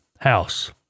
House